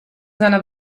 seiner